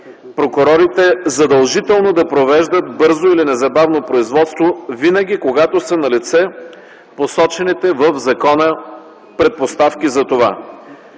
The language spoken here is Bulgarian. прокурорите задължително да провеждат бързо или незабавно производство винаги, когато са налице посочените в закона предпоставки за това.